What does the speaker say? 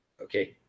Okay